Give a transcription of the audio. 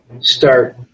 start